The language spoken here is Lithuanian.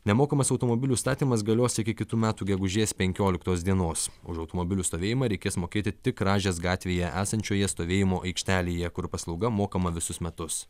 nemokamas automobilių statymas galios iki kitų metų gegužės penkioliktos dienos už automobilių stovėjimą reikės mokėti tik rąžės gatvėje esančioje stovėjimo aikštelėje kur paslauga mokama visus metus